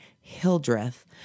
Hildreth